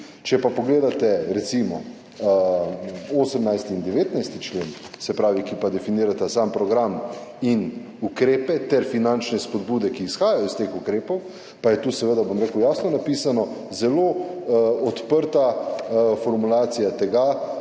Če pa pogledate recimo 18. in 19. člen, se pravi, ki pa definirata sam program in ukrepe ter finančne spodbude, ki izhajajo iz teh ukrepov, pa je tu seveda, bom rekel, jasno napisano zelo odprta formulacija tega,